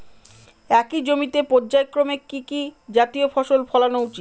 একই জমিতে পর্যায়ক্রমে কি কি জাতীয় ফসল ফলানো উচিৎ?